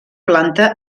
planta